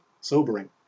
sobering